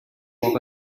walk